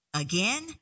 again